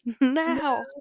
now